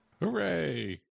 Hooray